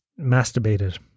masturbated